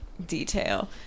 Detail